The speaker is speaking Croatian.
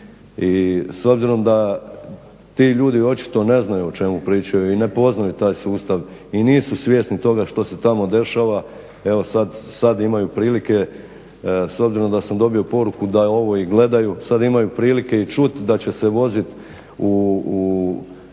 I s obzirom da ti ljudi očito ne znaju o čemu pričaju i ne poznaju taj sustav i nisu svjesni toga što se tamo dešava evo sada imaju prilike s obzirom da sam dobio poruku da ovo i gledaju sada imaju prilike i čuti da će se voziti u,